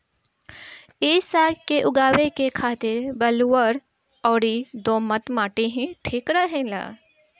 इ साग के उगावे के खातिर बलुअर अउरी दोमट माटी ही ठीक रहेला